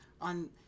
on